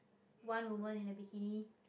one woman in a bikini